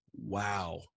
Wow